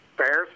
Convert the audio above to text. Bears